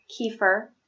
kefir